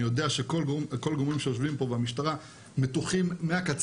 אני יודע שכל הגורמים שיושבים פה במשטרה מתוחים מהקצה